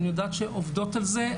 ואני יודעת שעובדות על זה.